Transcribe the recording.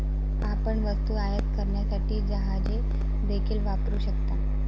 आपण वस्तू आयात करण्यासाठी जहाजे देखील वापरू शकता